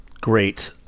Great